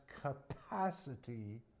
capacity